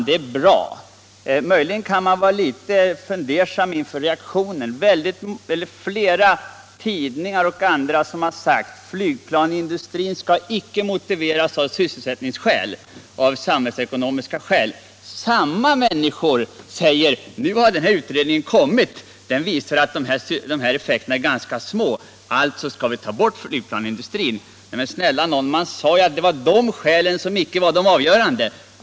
Det är bra — möjligen kan man vara litet fundersam inför reaktionen. Många — även tidningar — har sagt att flygplansindustrin inte skall motiveras av sysselsättningsmässiga och samhällsekonomiska skäl. Samma människor anser emellertid att det av utredningen framgår att dessa effekter är ganska små och att vi därför skall lägga ned flygplansindustrin. Men de skälen skulle ju inte vara avgörande.